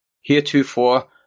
Heretofore